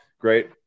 great